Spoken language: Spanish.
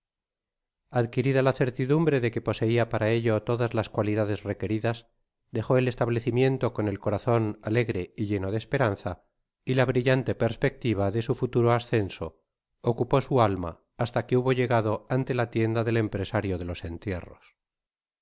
adquirida la certidumbre de que poseia para ello todas las cualidades requeridas dejo el establecimiento con el corazon alegre y lleno de esperanza y la brillante perspectiva de su futuro ascenso ocupó su alma hasta que hubo llegado ante la tienda del empresario de los entierros